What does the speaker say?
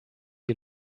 you